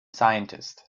scientist